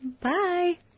Bye